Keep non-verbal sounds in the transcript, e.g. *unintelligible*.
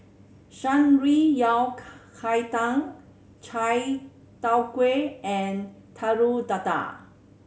Shan Rui yao *unintelligible* cai tang Chai Tow Kuay and Telur Dadah